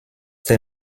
der